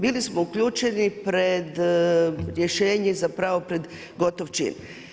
Bili smo uključeni pred rješenje, zapravo pred gotov čin.